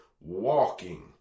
Walking